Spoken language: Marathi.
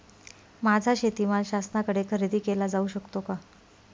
माझा शेतीमाल शासनाकडे खरेदी केला जाऊ शकतो का?